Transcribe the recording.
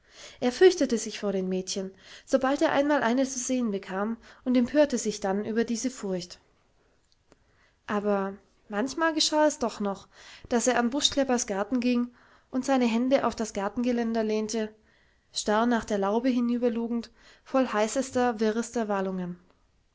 er fürchtete sich vor den mädchen sobald er einmal eine zu sehen bekam und empörte sich dann über diese furcht aber manchmal geschah es doch noch daß er an buschkleppers garten ging und seine hände auf das gartengeländer lehnte starr nach der laube hinüberlugend voll heißester wirrester wallungen